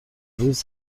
روز